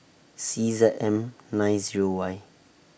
C Z M nine Zero Y